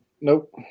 Nope